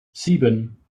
sieben